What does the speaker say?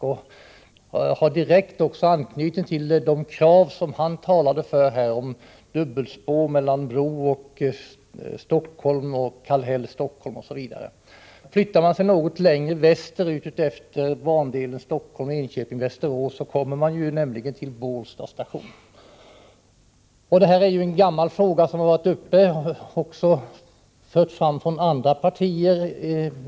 Det har också direkt anknytning till de krav som han talade om: dubbelspår Bro-Stockholm, Kallhäll Stockholm, osv. Flyttar man sig något längre västerut utefter bandelen Stockholm-Enköping-Västerås, kommer man till Bålsta station. Frågan om persontrafiken vid Bålsta är gammal och har också förts fram av andra partier.